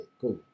Cool